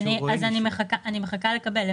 אני מחכה לקבל.